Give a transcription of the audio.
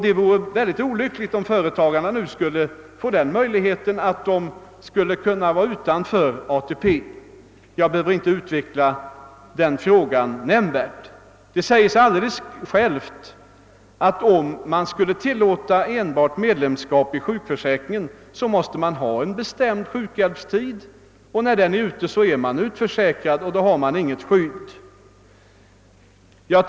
Det vore mycket olyckligt om företagarna nu skulle kunna stå utanför ATP; jag behöver inte utveckla den frågan närmare. Om det skulle bli tillåtet att bara vara med i sjukförsäkringen, så måste vi givetvis där ha en bestämd tid under vilken sjukhjälp utgår, och när den tiden är ute är också vederbörande utförsäkrad. Då har han inget skydd längre.